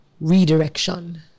redirection